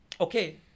Okay